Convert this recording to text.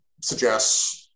suggests